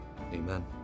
Amen